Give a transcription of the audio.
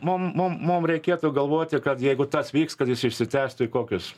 mum mum mum reikėtų galvoti kad jeigu tas vyks kad jis išsitęstų į kokius